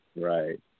Right